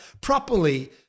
Properly